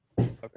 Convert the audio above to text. okay